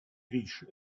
riche